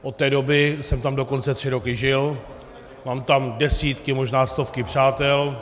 Od té doby jsem tam dokonce tři roky žil, mám tam desítky, možná stovky přátel.